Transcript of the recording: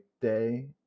day